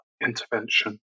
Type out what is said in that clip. intervention